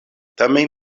tamen